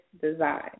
design